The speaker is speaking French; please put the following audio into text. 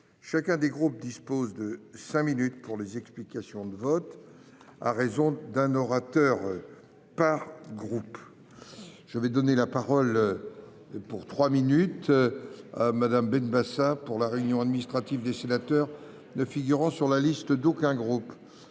chacun des groupes dispose de cinq minutes pour ces explications de vote, à raison d'un orateur par groupe. La parole est à Mme Esther Benbassa, pour la réunion administrative des sénateurs ne figurant sur la liste d'aucun groupe.